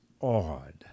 awed